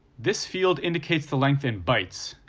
this field indicates the length in bytes,